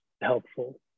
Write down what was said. helpful